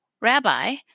Rabbi